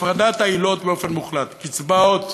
הפרדת העילות באופן מוחלט: קצבאות